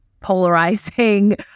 polarizing